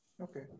Okay